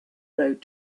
road